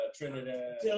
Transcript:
Trinidad